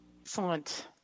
Excellent